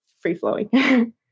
free-flowing